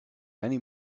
many